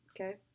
Okay